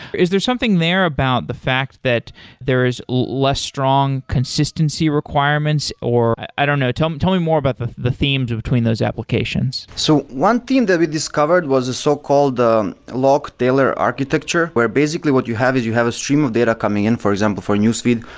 is there something there about the fact that there is less strong consistency requirements or i don't know. tell tell me more about the the theme between those applications. so one theme that we discovered was so-called log tailor architecture, where basically what you have is you have a stream of data coming in, for example, for a newsfeed,